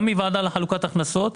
גם מהוועדה לחלוקת הכנסות,